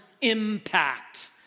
impact